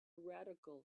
radical